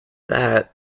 that